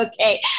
okay